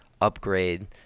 upgrade